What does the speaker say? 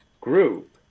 group